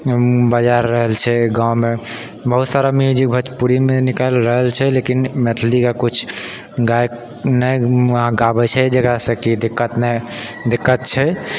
बजाए रहल छै गाँवमे बहुत सारा म्यूजिक भोजपुरीमे निकालि रहल छै लेकिन मैथलीके किछु गायक नहि गाबैत छै जकरासँ कि दिक्कत नहि दिक्कत छै